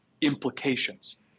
implications